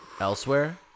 elsewhere